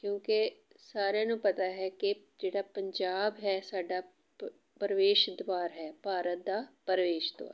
ਕਿਉਂਕਿ ਸਾਰਿਆਂ ਨੂੰ ਪਤਾ ਹੈ ਕਿ ਜਿਹੜਾ ਪੰਜਾਬ ਹੈ ਸਾਡਾ ਪ ਪ੍ਰਵੇਸ਼ ਦੁਆਰ ਹੈ ਭਾਰਤ ਦਾ ਪ੍ਰਵੇਸ਼ ਦੁਆਰ